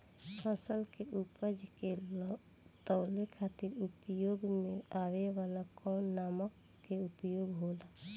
फसल के उपज के तौले खातिर उपयोग में आवे वाला कौन मानक के उपयोग होला?